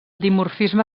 dimorfisme